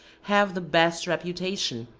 have the best reputation,